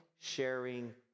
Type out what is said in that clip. sharing